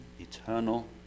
eternal